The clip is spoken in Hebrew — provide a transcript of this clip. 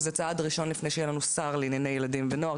שזה צעד ראשון לפני שיהיה לנו שר לענייני ילדים ונוער,